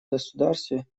государстве